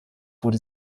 wurde